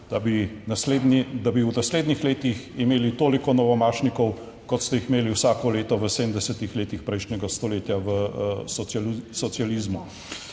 da bi v naslednjih letih imeli toliko novomašnikov, kot ste jih imeli vsako leto v 70. letih prejšnjega stoletja v socializmu.